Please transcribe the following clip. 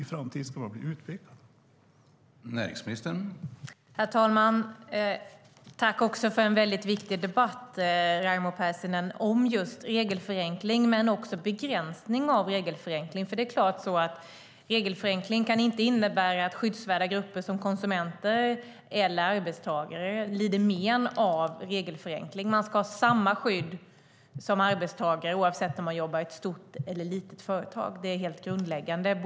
I framtiden ska man alltså bli utpekad om man gör det.